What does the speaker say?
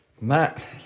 Matt